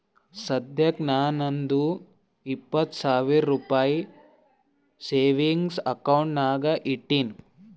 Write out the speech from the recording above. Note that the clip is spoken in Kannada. ಸದ್ಯಕ್ಕ ನಾ ನಂದು ಇಪ್ಪತ್ ಸಾವಿರ ರುಪಾಯಿ ಸೇವಿಂಗ್ಸ್ ಅಕೌಂಟ್ ನಾಗ್ ಇಟ್ಟೀನಿ